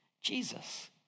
Jesus